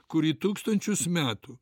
kurį tūkstančius metų